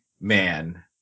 man